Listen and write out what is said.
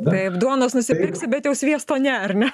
taip duonos nusipirksi bet jau sviesto ne ar ne